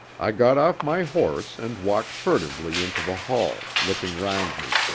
i got off my horse and walked furtively into the hall, looking round me.